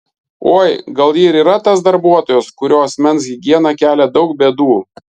oi gal ji ir yra tas darbuotojas kurio asmens higiena kelia daug bėdų